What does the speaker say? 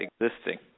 existing